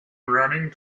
running